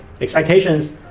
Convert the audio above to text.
Expectations